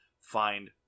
Find